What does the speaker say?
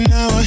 Now